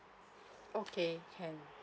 okay can